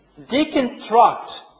deconstruct